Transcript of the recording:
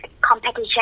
competition